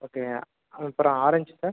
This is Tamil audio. ஓகே அப்புறம் ஆரெஞ்ச் சார்